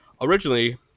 Originally